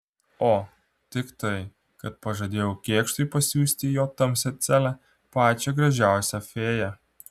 o tik tai kad pažadėjau kėkštui pasiųsti į jo tamsią celę pačią gražiausią fėją